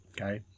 okay